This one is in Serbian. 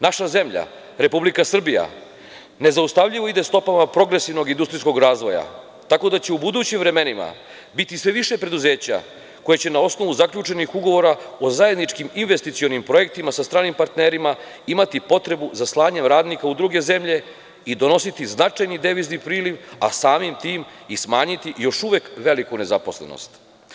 Naša zemlja, Republika Srbija nezaustavljivo ide stopama progresivnog industrijskog razvoja, tako da će u budućim vremenima biti sve više preduzeća koja će na osnovu zaključenih ugovora o zajedničkim investicionim projektima sa stranim partnerima imati potrebu za slanjem radnika u druge zemlje i donositi značajni devizni priliv, a samim tim i smanjiti još uvek veliku nezaposlenost.